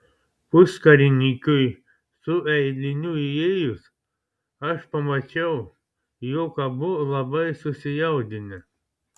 puskarininkiui su eiliniu įėjus aš pamačiau jog abu labai susijaudinę